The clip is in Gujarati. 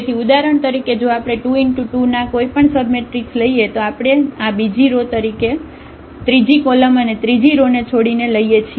તેથી ઉદાહરણ તરીકે જો આપણે 2 × 2 ના કોઈપણ સબમેટ્રિક્સ લઈએ તો આપણે આ બીજી રો ત્રીજી કોલમ અને ત્રીજી રો ને છોડીને લઈએ છીએ